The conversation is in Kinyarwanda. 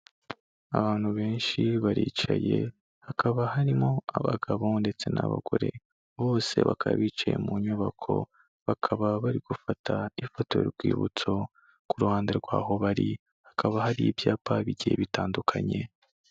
Abantu benshi baricaye, hakaba harimo abagabo ndetse n'abagore, bose bakaba bicaye mu nyubako, bakaba bari gufata ifoto y'urwibutso, ku ruhande rw'aho bari hakaba hari ibyapa bigiye bitandukanye.